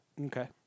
Okay